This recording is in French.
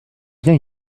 bien